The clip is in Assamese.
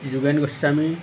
যোগেন গোস্বামী